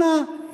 אנא,